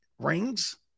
rings